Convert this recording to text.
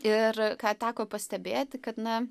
ir ką teko pastebėti kad na